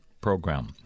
program